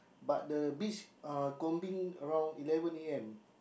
but the beach uh combing around eleven a_m